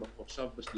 אנחנו עכשיו בשלישית,